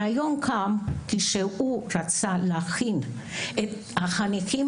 הרעיון קם כשהוא רצה להכין את החניכים